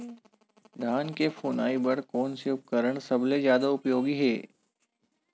धान के फुनाई बर कोन से उपकरण सबले जादा उपयोगी हे?